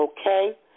okay